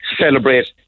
celebrate